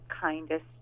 kindest